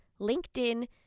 LinkedIn